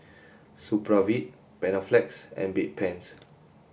Supravit Panaflex and Bedpans